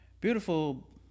beautiful